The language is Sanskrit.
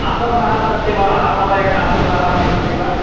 आसन्दाः सन्ति वा आरामदायकाः आसन्दाः अपि सन्ति वा